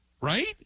right